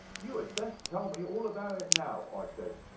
you had best tell me all about it now i said.